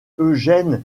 eugène